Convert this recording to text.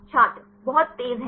छात्र बहुत तेज है